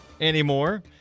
anymore